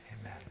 Amen